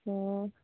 অঁ